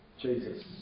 Jesus